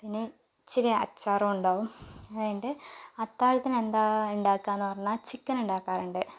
പിന്നെ ഇച്ചിരി അച്ചാറും ഉണ്ടാവും അത് കഴിഞ്ഞിട്ട് അത്താഴത്തിന് എന്താ ഉണ്ടാക്കുകയെന്ന് പറഞ്ഞാൽ ചിക്കൻ ഉണ്ടാക്കാറുണ്ട്